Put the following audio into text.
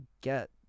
get